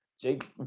Jake